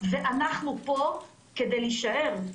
ואנחנו פה כדי להישאר,